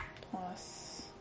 plus